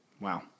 Wow